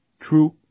True